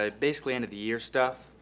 ah basically end of the year stuff.